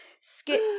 Skip